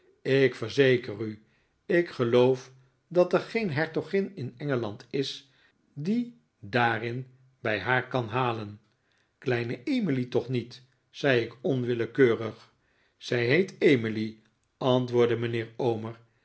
ik verzeker u ik geloof dat er geen hertogin in engeland is die daarin bij haar kan halen kleine emily toch niet zei ik onwillekeurig zij heet emily antwoordde mijnheer omer